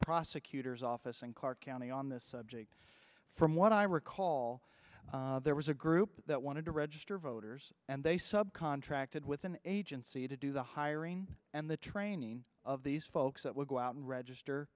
prosecutor's office in clark county on this subject from what i recall there was a group that wanted to register voters and they subcontracted with an agency to do the hiring and the training of these folks that would go out and register